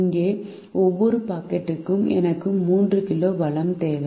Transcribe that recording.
இங்கே ஒவ்வொரு பாக்கெட்டிற்கும் எனக்கு 3 கிலோ வளம் தேவை